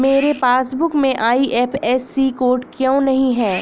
मेरे पासबुक में IFSC code क्यो नहीं है?